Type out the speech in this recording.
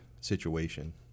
situation